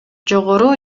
жогору